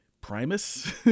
Primus